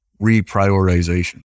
reprioritization